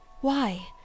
Why